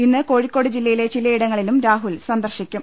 ഇന്ന് കോഴിക്കോട് ജില്ലയിലെ ചിലയിടങ്ങളിലും രാഹുൽ സന്ദർശിക്കും